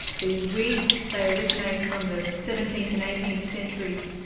these wigs, they originate from the seventeenth and eighteenth centuries,